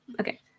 okay